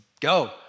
go